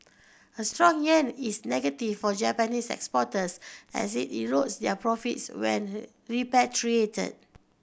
a strong yen is negative for Japanese exporters as it erodes their profits when repatriated